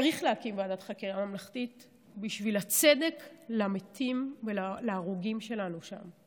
צריך להקים ועדת חקירה ממלכתית בשביל הצדק למתים ולהרוגים שלנו שם.